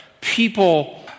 people